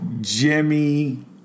Jimmy